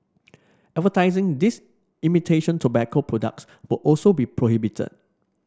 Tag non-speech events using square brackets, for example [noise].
advertising these imitation tobacco products [unintelligible] will also be prohibited